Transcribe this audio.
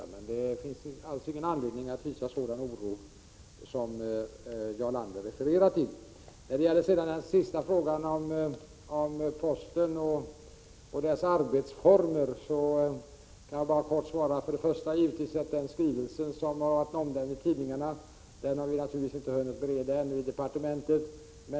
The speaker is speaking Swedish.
Men det finns alltså inte anledning att hysa sådan oro som Jarl Lander refererar till. När det gäller frågan om posten och dess arbetsformer kan jag bara kort svara att den skrivelse som varit omnämnd i tidningarna har vi naturligtvis inte hunnit bereda ännu inom departementet.